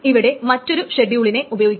ഇവിടെ മറ്റൊരു ഷെഡ്യൂളിനെ ഉപയോഗിക്കാം